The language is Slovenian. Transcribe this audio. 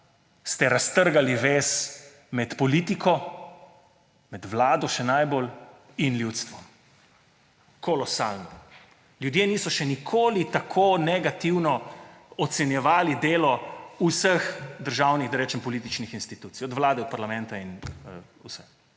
ste raztrgali vez med politiko, med vlado še najbolj, in ljudstvom. Kolosalno. Ljudje niso še nikoli tako negativno ocenjevali delo vseh državnih, da rečem, političnih institucij – od Vlade, parlamenta in vsega.